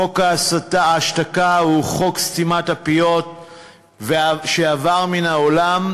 חוק ההשתקה הוא חוק סתימת הפיות שעבר מן העולם,